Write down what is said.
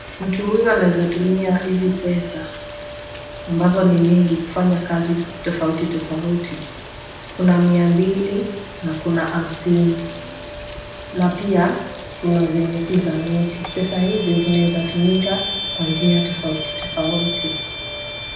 Mtu huyu anaweza tumia hizi pesa ambazo ni mingi kufanya kazi tofauti tofauti, kuna Mia mbili na kuna hamsini, na pia kuna zenye si za noti. Pesa hizi zinaweza tumika kwa njia tofauti tofauti.